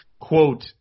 quote